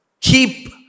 keep